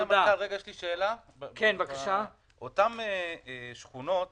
שאלה: אותן שכונות